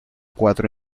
cuatro